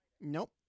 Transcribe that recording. Nope